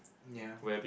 ya